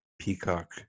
Peacock